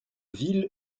ville